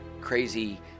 crazy